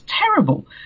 terrible